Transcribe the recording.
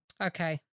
Okay